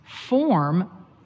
form